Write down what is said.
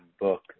book